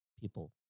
people